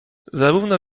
zarówno